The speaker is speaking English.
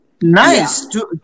Nice